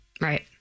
Right